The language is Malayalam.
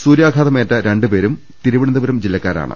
സൂര്യാഘാതമേറ്റ രണ്ടുപേരും തിരുവനന്തപുരം ജില്ലക്കാരാണ്